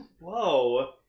Whoa